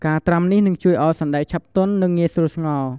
ការត្រាំនេះនឹងជួយឱ្យសណ្ដែកឆាប់ទន់ និងងាយស្រួលស្ងោរ។